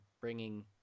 bringing